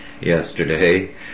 yesterday